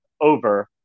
over